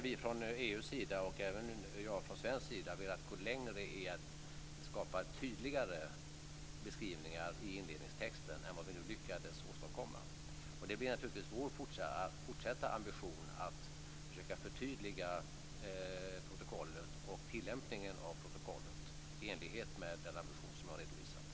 Vi från EU:s sida - och även jag från svensk sida - har velat gå längre i att skapa tydligare skrivningar i inledningstexten än vad vi lyckades åstadkomma. Det blir naturligtvis vårt fortsatta mål att försöka förtydliga protokollet och tillämpningen av protokollet i enlighet med den ambition jag har redovisat.